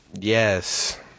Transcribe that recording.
Yes